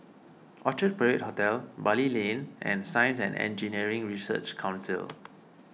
Orchard Parade Hotel Bali Lane and Science and Engineering Research Council